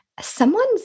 Someone's